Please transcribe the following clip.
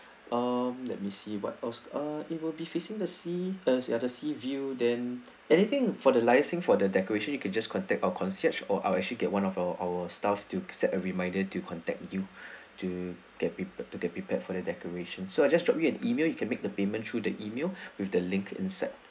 um let me see what else ah it will be facing the sea as at the sea view than anything for the liaison for the declaration you could just contact our concierge or I'll actually get one of our our staff to set a reminder to contact you to get people to get prepared for the decoration so I'll just drop you an email you can make the payment through the email with the link inside